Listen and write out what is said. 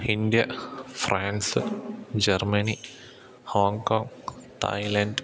India France Germany Hong Kong Thailand